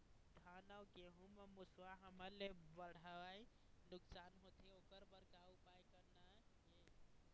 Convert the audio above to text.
धान अउ गेहूं म मुसवा हमन ले बड़हाए नुकसान होथे ओकर बर का उपाय करना ये?